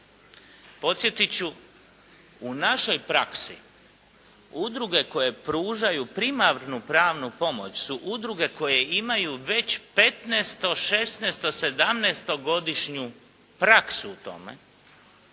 Podsjetit ću u našoj praksi udruge koje pružaju primarnu pravnu pomoć su udruge koje imaju već 15, 16, 17 godišnju praksu u tome